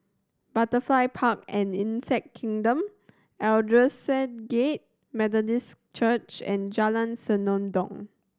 Butterfly Park and Insect Kingdom Aldersgate Methodist Church and Jalan Senandong